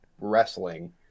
wrestling